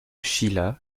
sheila